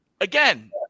again